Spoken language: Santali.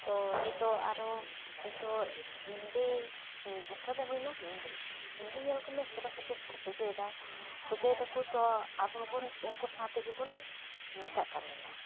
ᱛᱚ ᱱᱤᱛᱚᱜ ᱟᱨᱚ ᱱᱤᱛᱚᱜ ᱦᱤᱱᱫᱤ ᱡᱷᱟᱨᱠᱷᱚᱸᱰ ᱨᱮ ᱦᱩᱭᱱᱟ ᱦᱤᱱᱫᱤ ᱦᱤᱱᱫᱤ ᱧᱮᱞ ᱠᱚᱢᱮ ᱥᱚᱨᱚᱥᱚᱛᱤ ᱠᱚ ᱯᱩᱡᱟᱹᱭᱫᱟ ᱯᱩᱡᱟᱹᱭ ᱫᱟᱠᱚ ᱛᱚ ᱟᱵᱚ ᱦᱚᱸᱵᱚᱱ ᱩᱱᱠᱩ ᱥᱟᱶ ᱛᱮᱜᱮᱵᱚᱱ ᱢᱮᱥᱟᱜ ᱠᱟᱱ ᱜᱮᱭᱟ